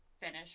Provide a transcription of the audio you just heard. finish